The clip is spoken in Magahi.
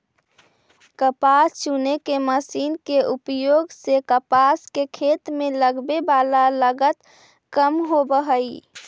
कपास चुने के मशीन के उपयोग से कपास के खेत में लगवे वाला लगत कम होवऽ हई